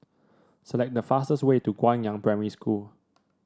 select the fastest way to Guangyang Primary School